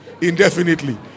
indefinitely